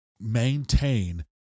maintain